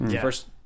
First